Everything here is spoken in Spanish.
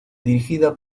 dirigida